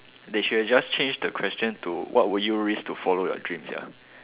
they should have just changed the question to what would you risk to follow your dreams sia